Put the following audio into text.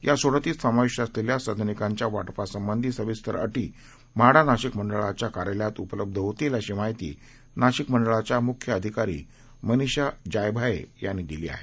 यासोडतीतसमाविष्टअसलेल्यासदनिकांच्यावाटपासंबंधीसविस्तरअटीम्हाडानाशिकमंडळाच्याकार्यालयातउपलब्धहोतील अशीमाहितीनाशिकमंडळाच्यामुख्यअधिकारीमनीषाजायभायेयांनीदिली आहे